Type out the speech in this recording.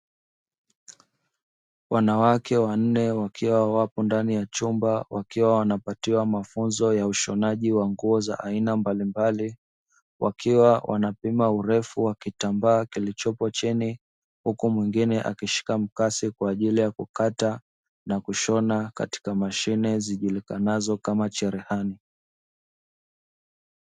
Wanawake wanne wakiwa ndani ya chumba wakiwa wanapatiwa mafunzo ya ushonaji wa nguo za aina mbalimbali, wakiwa wanapima urefu wa kitambaa kilichopo chini huku mwingine, akishika mkasi kwa ajili ya kukata na kushona katika mashine, zijulikanazo kama cherehani.